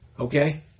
Okay